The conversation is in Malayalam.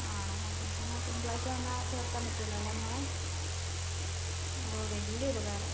ആണോ ആ ഹാ എന്നാൽ തിങ്കളാഴ്ച് വന്നാൽ ചേർക്കാൻ പറ്റുവല്ലോ അല്ലേ മോളെ ഓ വലിയ ഉപകാരം